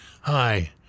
hi